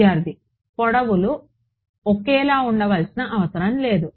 విద్యార్థి పొడవులు ఒకేలా ఉండవలసిన అవసరం లేదు